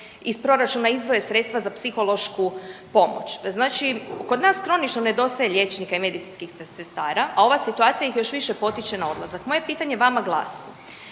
iz proračuna izdvoje sredstva za psihološku pomoć. Znači kod nas kronično nedostaje liječnika i medicinskih sestara, a ova situacija ih još više potiče na odlazak. Moje pitanje vama glasi,